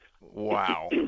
wow